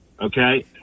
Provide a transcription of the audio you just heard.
Okay